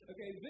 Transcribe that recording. Okay